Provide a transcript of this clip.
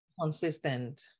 consistent